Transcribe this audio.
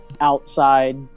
outside